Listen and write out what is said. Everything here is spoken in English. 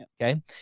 Okay